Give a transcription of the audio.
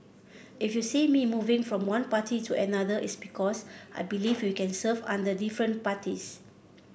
if you see me moving from one party to another it's because I believe we can serve under different parties